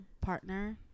partner